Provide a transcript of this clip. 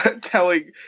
telling